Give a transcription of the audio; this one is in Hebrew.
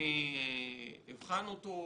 היא תבחן אותו,